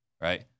right